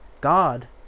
God